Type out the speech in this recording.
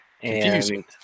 Confusing